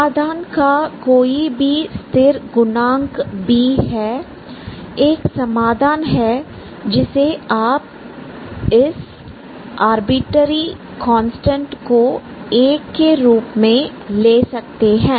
समाधान का कोई भी स्थिर गुणक भी एक समाधान है जिसे आप इसआर्बिट्रेरी कांस्टेंट को 1 के रूप में ले सकते हैं